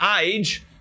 age